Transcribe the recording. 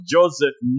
Joseph